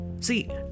See